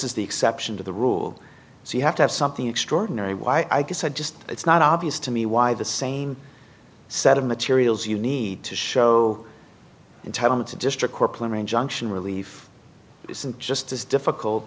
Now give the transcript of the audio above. is the exception to the rule so you have to have something extraordinary why i guess i just it's not obvious to me why the same set of materials you need to show and tell them it's a district court plain junction relief isn't just as difficult